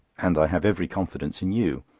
and i have every confidence in you.